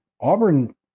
Auburn